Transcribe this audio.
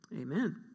Amen